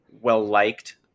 well-liked